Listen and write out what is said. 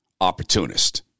opportunist